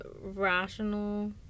rational